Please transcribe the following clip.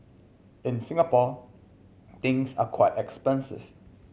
in Singapore things are quite expensive